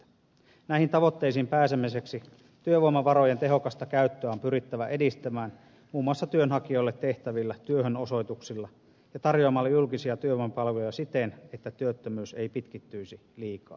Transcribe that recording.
näihin tavoitteisiin pääsemiseksi työvoimavarojen tehokasta käyttöä on pyrittävä edistämään muun muassa työnhakijoille tehtävillä työhönosoituksilla ja tarjoamalla julkisia työvoimapalveluja siten että työttömyys ei pitkittyisi liikaa